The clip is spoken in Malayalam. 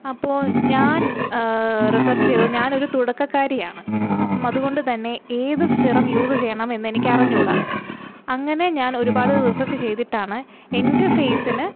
അപ്പോൾ ഞാൻ റിസർച്ച് ചെയ്തു ഞാൻ ഒരു തുടക്കക്കാരിയാണ് അപ്പം അതുകൊണ്ട് തന്നെ ഏത് സിറം യൂസ് ചെയ്യണമെന്ന് എനിക്കറിഞ്ഞു കൂടാ അങ്ങനെ ഞാൻ ഒരുപാട് റിസർച്ച് ചെയ്തിട്ടാണ് എൻ്റെ ഫേയ്സിന്